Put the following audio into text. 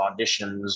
auditions